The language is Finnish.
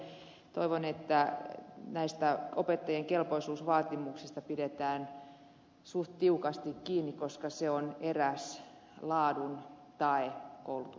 minä toivon että näistä opettajien kelpoisuusvaatimuksista pidetään suht tiukasti kiinni koska se on eräs laadun tae koulutusjärjestelmässä